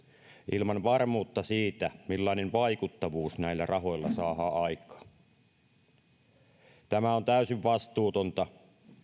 ilman varmuutta siitä millainen vaikuttavuus näillä rahoilla saadaan aikaan tämä on täysin vastuutonta